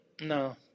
no